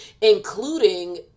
including